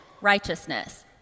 righteousness